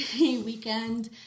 weekend